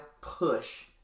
push